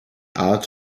art